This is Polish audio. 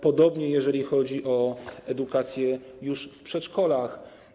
Podobnie jeżeli chodzi o edukację już w przedszkolach.